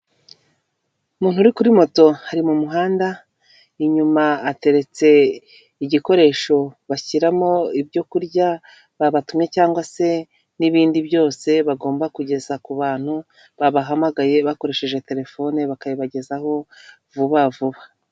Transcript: Umuntu uri kuri moto ari mu muhanda, inyuma ateretse igikoresho bashyiramo ibyo kurya babatumye cyangwa se n'ibindi byose bagomba kugeza ku bantu, babahamagaye bakoresheje telefoni bakayibagezaho vuba vuba.